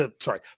sorry